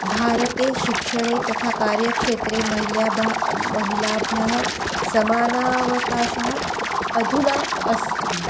भारते शिक्षणे तथा कार्यक्षेत्रे महिलया ब महिलाभ्यः समानावकाशः अधुना अस्ति